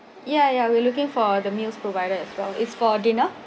yeah yeah we're looking for the meals provided as well is for dinner